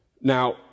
Now